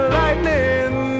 lightning